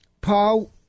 Paul